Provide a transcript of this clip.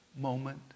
moment